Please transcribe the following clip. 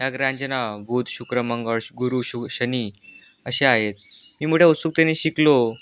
या ग्रहांचे नाव बुध शुक्र मंगळ गुरु शु शनी असे आहेत मी मोठ्या उत्सुकतेने शिकलो